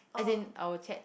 as in I will check